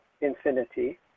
infinity